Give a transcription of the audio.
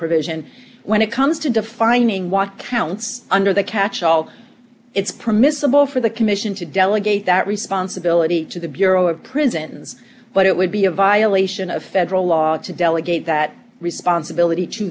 provision when it comes to defining want counts under the catchall it's permissible for the commission to delegate that responsibility to the bureau of prisons but it would be a violation of federal law to delegate that responsibility to